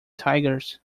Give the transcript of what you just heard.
tigers